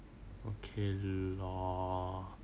okay lor